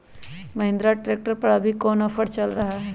Mahindra tractor पर अभी कोन ऑफर चल रहा है?